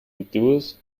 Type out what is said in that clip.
rigorous